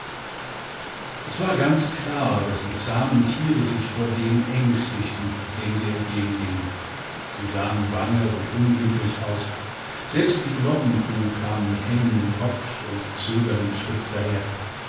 es war ganz klar daß die zahmen tiere sich vor dem ängstigten dem sie entgegengingen siesahenbangeundunglücklichaus selbstdieglockenkuh kam mit hängendem kopf und zögerndem schritt daher